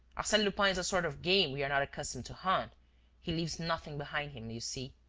arsene lupin is a sort of game we are not accustomed to hunt he leaves nothing behind him, you see.